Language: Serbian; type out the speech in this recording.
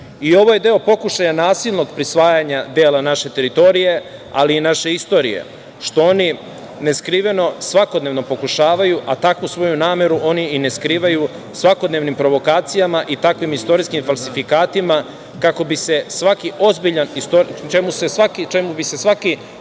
Ovo je deo pokušaja nasilnog prisvajanja dela naše teritorije, ali i naše istorije, što oni neskriveno svakodnevno pokušavaju, a takvu svoju nameru oni i ne skrivaju svakodnevnim provokacijama i takvim istorijskim falsifikatima čemu bi se svaki ozbiljan